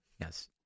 yes